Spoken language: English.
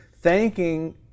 thanking